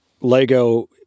lego